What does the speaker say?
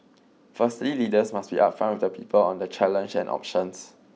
firstly leaders must be upfront with the people on the challenges and options